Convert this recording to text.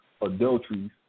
adulteries